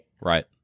Right